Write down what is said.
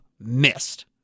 missed